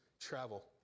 travel